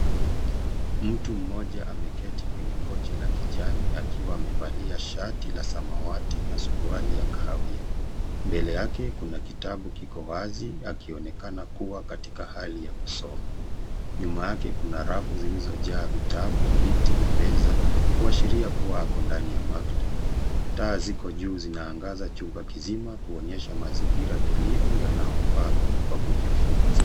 Mtu mmoja ameketi kwenye kochi la kijani akiwa amevalia shati la samawati na suruali ya kahawia. Mbele yake kuna kitabu kikowazi akionekana kuwa katika hali ya kusoma, nyuma yake kuna rafu zilzojaa vitabu, viti na meza kuashiria kuwa ako ndani ya maktaba. Taa ziko juu zina angaza chumba kizima kuonyesha mazingira tulivu yanayo faa kwa kujifunza.